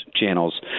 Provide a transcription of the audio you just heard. channels